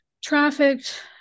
trafficked